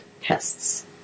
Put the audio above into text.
pests